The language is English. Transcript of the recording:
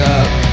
up